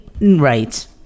right